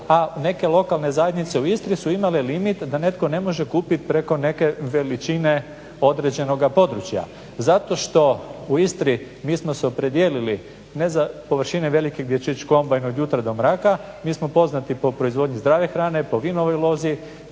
a neke lokalne zajednice u Istri su imale limit da netko ne može kupit preko neke veličine određenoga područja zato što u Istri mi smo se opredijelili ne za površine velike gdje će ići kombajn od jutra do mraka. Mi smo poznati po proizvodnji zdrave hrane, po vinovoj lozi,